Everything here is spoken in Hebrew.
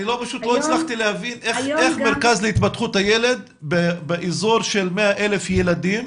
לא הצלחתי להבין איך מרכז להתפתחות הילד באזור של 100,000 ילדים,